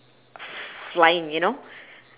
flying you know